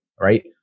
Right